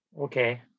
okay